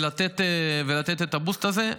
מה שנקרא, ולתת את הבוסט הזה.